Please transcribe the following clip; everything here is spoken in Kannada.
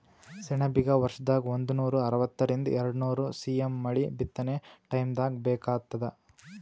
ಸೆಣಬಿಗ ವರ್ಷದಾಗ್ ಒಂದನೂರಾ ಅರವತ್ತರಿಂದ್ ಎರಡ್ನೂರ್ ಸಿ.ಎಮ್ ಮಳಿ ಬಿತ್ತನೆ ಟೈಮ್ದಾಗ್ ಬೇಕಾತ್ತದ